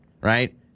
right